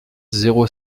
zéro